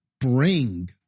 bring